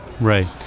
Right